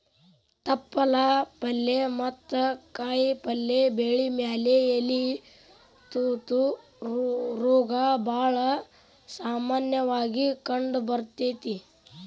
ತಪ್ಪಲ ಪಲ್ಲೆ ಮತ್ತ ಕಾಯಪಲ್ಲೆ ಬೆಳಿ ಮ್ಯಾಲೆ ಎಲಿ ತೂತ ರೋಗ ಬಾಳ ಸಾಮನ್ಯವಾಗಿ ಕಂಡಬರ್ತೇತಿ